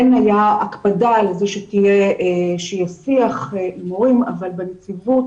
כן הייתה הקפדה שיהיה שיח עם הורים אבל לנציבות